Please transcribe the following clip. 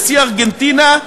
נשיא ארגנטינה,